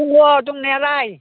दङ दंनायालाय